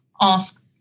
ask